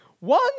One